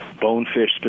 bonefish